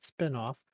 spinoff